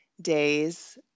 days